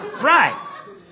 right